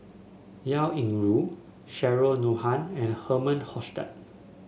Liao Yingru Cheryl Noronha and Herman Hochstadt